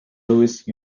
louis